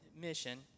mission